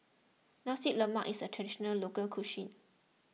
Nasi Lemak is a Traditional Local Cuisine